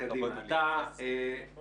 אתה בא